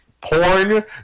porn